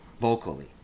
vocally